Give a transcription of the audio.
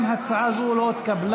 גם הצעה זו לא התקבלה.